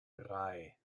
drei